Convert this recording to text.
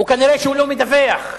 כנראה הוא לא מדווח.